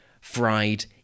fried